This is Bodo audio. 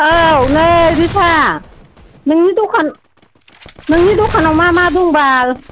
औ नै रिता नोंनि दखान नोंनि दखानाव मा मा दं बाल